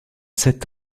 sept